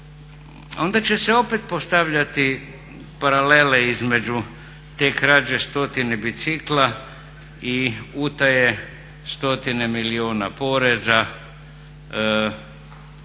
onda će se opet postavljati paralele između te krađe stotine bicikla i utaje 100-tine milijuna poreza,